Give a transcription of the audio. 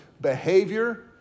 behavior